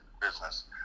business